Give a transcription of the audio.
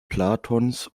platons